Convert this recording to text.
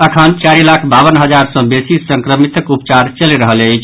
अखन चारि लाख बावन हजार सँ बेसी संक्रमितक उपचार चलि रहल अछि